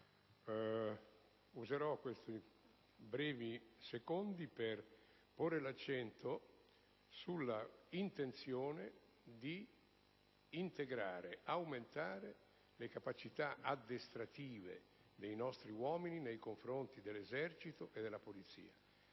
Userò questi pochi secondi per porre l'accento sull'intenzione di integrare e aumentare le capacità addestrative dei nostri uomini nei confronti dell'Esercito e della Polizia.